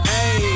Hey